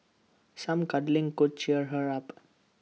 some cuddling could cheer her up